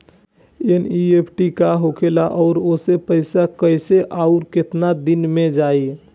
NEFT का होखेला और ओसे पैसा कैसे आउर केतना दिन मे जायी?